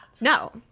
No